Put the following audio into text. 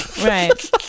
Right